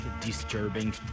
Disturbing